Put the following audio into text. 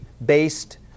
based